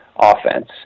offense